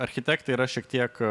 architektai yra šiek tiek